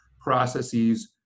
processes